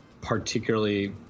particularly